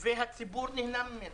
והציבור נהנה ממנו.